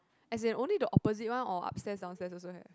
as they also the opposite one or upstair downstairs also have